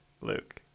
luke